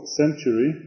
century